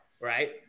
Right